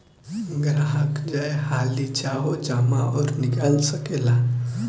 ग्राहक जय हाली चाहो जमा अउर निकाल सकेला